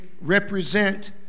represent